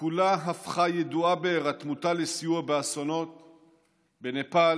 כולה הפכה ידועה בהירתמותה לסיוע באסונות בנפאל,